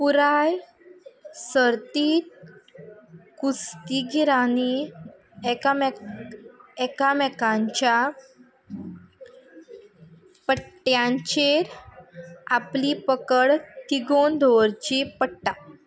पुराय सर्ती कुस्तीगिरांनी एकामेक एकामेकांच्या पट्ट्यांचेर आपली पकड तिगोवन दवरची पडटा